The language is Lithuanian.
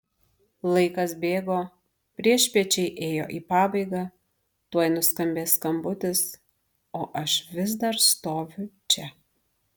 laikas bėgo priešpiečiai ėjo į pabaigą tuoj nuskambės skambutis o aš vis dar stoviu čia